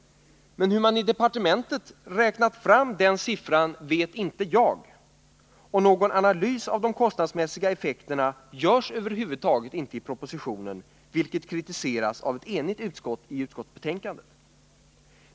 Men hur man i departementet har räknat fram den siffran vet inte jag, och någon analys av de kostnadsmässiga effekterna görs över huvud taget inte i propositionen, vilket kritiserats av ett enigt utskott i utskottsbetänkandet.